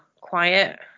quiet